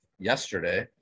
yesterday